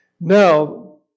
Now